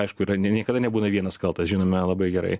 aišku yra ne niekada nebūna vienas kaltas žinome labai gerai